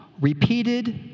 repeated